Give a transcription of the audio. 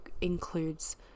includes